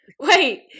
Wait